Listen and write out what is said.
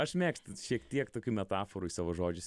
aš mėgstu šiek tiek tokių metaforų į savo žodžius